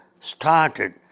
started